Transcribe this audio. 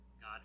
God